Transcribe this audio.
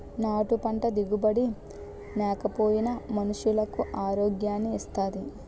నాటు పంట దిగుబడి నేకపోయినా మనుసులకు ఆరోగ్యాన్ని ఇత్తాది